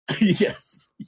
yes